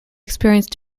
experienced